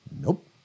Nope